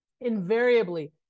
Invariably